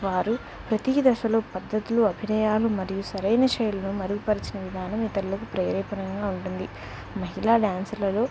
వారు ప్రతీ దశలో పద్ధతులు అభినయాలు మరియు సరైన శైలులను మెరుగుపరచిన విధానం ఇతరులకు ప్రేరణగా ఉంటుంది మహిళా డ్యాన్సర్లలో